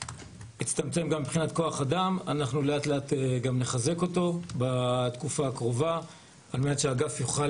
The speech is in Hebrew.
הצטמצם גם מבחינת כוח אדם ולאט לאט נחזק אותו על מנת שהוא יוכל